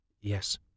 Yes